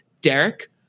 Derek